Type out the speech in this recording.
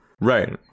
Right